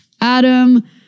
Adam